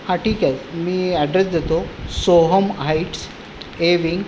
हा ठीके मी ॲड्रेस देतो सोहम हाईट्स ए विंग